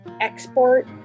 export